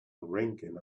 ringing